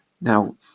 Now